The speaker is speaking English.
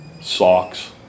Socks